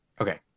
okay